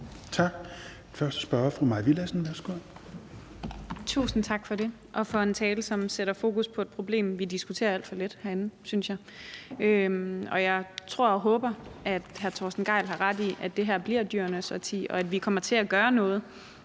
Værsgo. Kl. 16:34 Mai Villadsen (EL): Tusind tak for det. Og tak for en tale, som sætter fokus på et problem, jeg synes vi diskuterer alt for lidt herinde. Jeg tror og håber, at hr. Torsten Gejl har ret i, at det her bliver dyrenes årti, og at vi kommer til at gøre noget